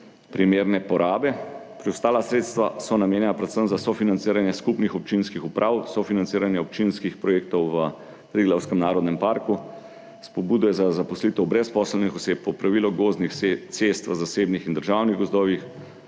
primerne porabe, preostala sredstva so namenjena predvsem za sofinanciranje skupnih občinskih uprav, sofinanciranje občinskih projektov v Triglavskem narodnem parku, spodbude za zaposlitev brezposelnih oseb, popravilo gozdnih cest v zasebnih in državnih gozdovih,